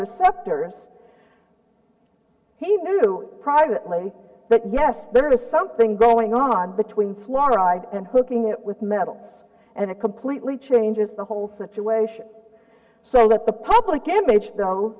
receptors he knew privately that yes there is something going on between fluoride and hooking it with metal and it completely changes the whole situation so that the public image